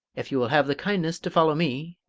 if you will have the kindness to follow me